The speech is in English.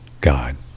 God